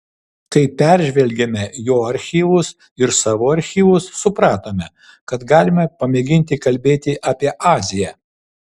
kai peržvelgėme jo archyvus ir savo archyvus supratome kad galime pamėginti kalbėti apie aziją